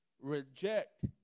reject